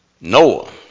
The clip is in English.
Noah